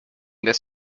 this